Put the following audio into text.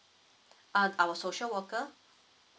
uh our social worker